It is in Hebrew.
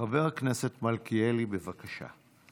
חבר הכנסת מלכיאלי, בבקשה.